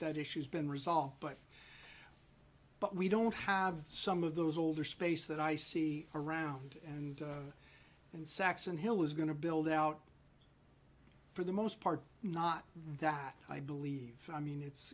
that issue's been resolved but but we don't have some of those older space that i see around and and saxon hill is going to build out for the most part not that i believe i mean it's